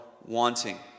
wanting